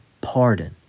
pardon